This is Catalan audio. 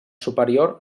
superior